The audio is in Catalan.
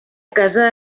casa